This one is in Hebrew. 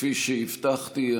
כפי שהבטחתי,